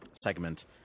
segment